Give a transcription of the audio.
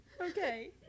Okay